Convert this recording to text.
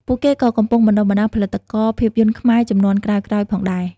ពួកគេក៏កំពុងបណ្តុះបណ្ដាលផលិតករភាពយន្តខ្មែរជំនាន់ក្រោយៗផងដែរ។